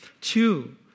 two